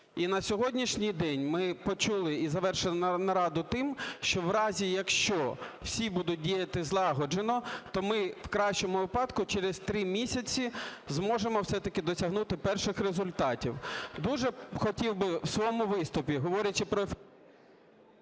І на сьогоднішній день ми почули, і завершили нараду тим, що в разі, якщо всі будуть діяти злагоджено, то ми в кращому випадку через три місяці зможемо все-таки досягнути перших результатів. Дуже хотів би у своєму виступі, говорячи про…